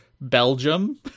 Belgium